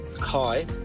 Hi